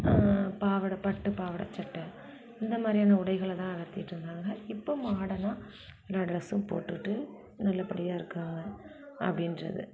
பாவாடை பட்டு பாவாடை சட்டை இந்த மாதிரியான உடைகளை தான் உடுத்திகிட்டு இருந்தாங்க இப்போது மார்டனாக எல்லா ட்ரஸும் போட்டுகிட்டு நல்லபடியாக இருக்காங்க அப்படின்றது